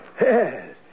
Yes